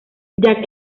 jack